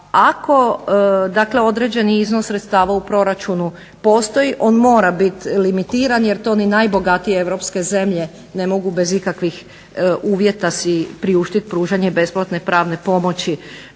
dakle određeni iznos sredstava u proračunu postoji on mora bit limitiran jer to ni najbogatije europske zemlje ne mogu bez ikakvih uvjeta si priuštit pružanje besplatne pravne pomoći